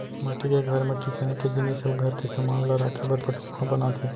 माटी के घर म किसानी के जिनिस अउ घर के समान ल राखे बर पटउहॉं बनाथे